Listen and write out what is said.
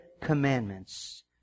commandments